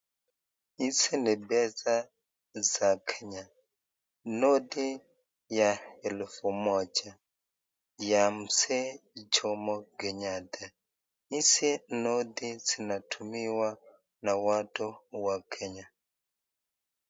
Hizi ni pesa za Kenya, noti ya elfu moja ya Mzee Jomo Kenyatta. Hzi noti zinatumiwa na watu wa Kenya.